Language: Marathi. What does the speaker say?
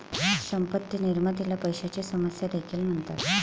संपत्ती निर्मितीला पैशाची समस्या देखील म्हणतात